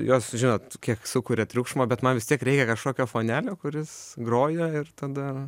jos žinot kiek sukuria triukšmo bet man vis tiek reikia kažkokio fonelio kuris groja ir tada